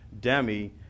Demi